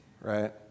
Right